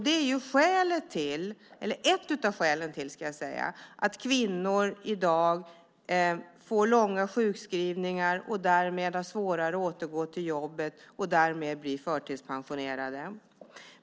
Det är ett av skälen till att kvinnor får långa sjukskrivningar och därmed har svårare att återgå till jobbet och därför blir förtidspensionerade.